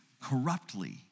corruptly